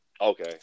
Okay